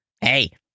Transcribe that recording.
Hey